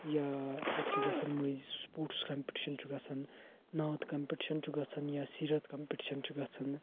یا اَتہِ چھ گَژھان مٔنٛزۍ سپورٹٕس کمپِٹِشن چھُ گَژھان نعت کمپِٹِشن چھُ گَژھان یا سیٖرت کمپِٹِشن چھُ گَژھان